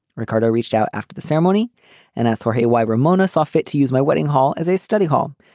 ricardo reached out. after the ceremony and elsewhere. hey, why ramona saw fit to use my wedding hall. as a study hall,